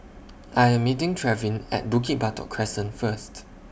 I Am meeting Trevin At Bukit Batok Crescent First